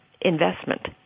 investment